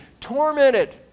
tormented